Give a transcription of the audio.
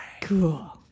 Cool